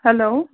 hello